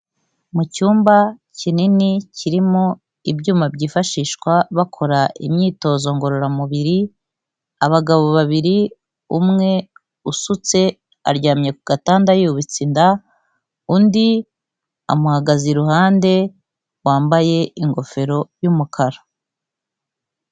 Mu cyumba kinini kirimo ibyuma byifashishwa bakora imyitozo ngororamubiri, abagabo babiri umwe usutse aryamye ku gatanda yubitse inda, undi amuhagaze iruhande wambaye ingofero y'umukara.